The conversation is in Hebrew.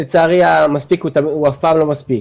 לצערי המספיק הוא אף פעם לא מספיק,